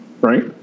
right